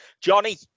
Johnny